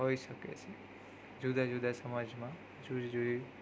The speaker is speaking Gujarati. હોય શકે છે જુદા જુદા સમાજમાં જુદી જુદી